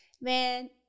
man